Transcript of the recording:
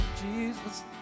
Jesus